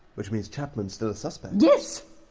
which means chapman's still a suspect yes!